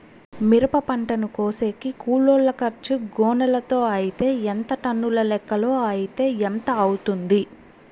మిరప పంటను కోసేకి కూలోల్ల ఖర్చు గోనెలతో అయితే ఎంత టన్నుల లెక్కలో అయితే ఎంత అవుతుంది?